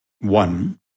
one